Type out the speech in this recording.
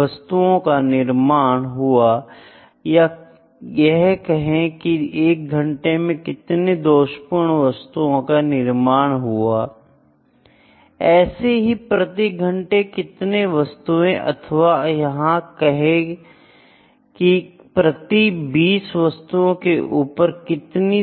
वस्तुओं का निर्माण हुआ या यह कहें कि 1 घंटे में कितनी दोषपूर्ण वस्तुओं का निर्माण हुआ ऐसे ही प्रति घंटे कितने वस्तुएं अथवा यह कहें की प्रति 20 वस्तुओं के ऊपर कितनी